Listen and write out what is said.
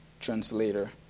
translator